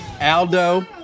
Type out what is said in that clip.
aldo